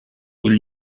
will